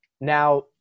Now